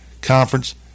conference